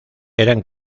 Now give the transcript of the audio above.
eran